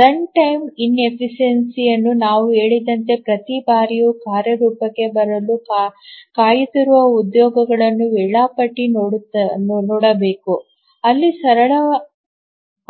runtime ಅಸಮರ್ಥತೆ ನಾವು ಹೇಳಿದಂತೆ ಪ್ರತಿ ಬಾರಿಯೂ ಕಾರ್ಯರೂಪಕ್ಕೆ ಬರಲು ಕಾಯುತ್ತಿರುವ ಉದ್ಯೋಗಗಳನ್ನು ವೇಳಾಪಟ್ಟಿ ನೋಡಬೇಕು ಅಲ್ಲಿ ಸರಳ